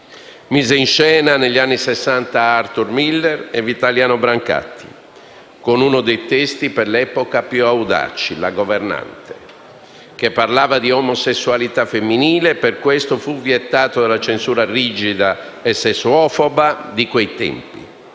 Mise in scena negli anni Sessanta Arthur Miller e Vitaliano Brancati, con uno dei testi per l'epoca più audaci, «La governante», che parlava di omosessualità femminile e per questo fu vietato dalla censura rigida e sessuofoba di quei tempi.